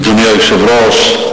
אדוני היושב-ראש,